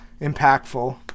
impactful